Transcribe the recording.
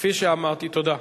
כפי שאמרתי, תודה.